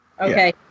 Okay